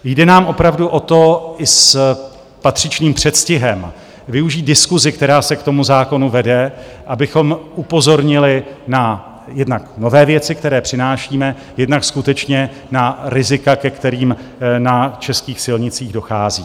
Jde nám opravdu o to i s patřičným předstihem využít diskusi, která se k tomu zákonu vede, abychom upozornili jednak na nové věci, které přinášíme, jednak skutečně na rizika, ke kterým na českých silnicích dochází.